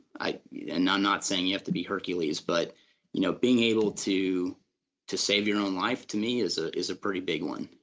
i am you know not saying you have to be hercules but you know being able to to save your own life to me is ah is a pretty big one.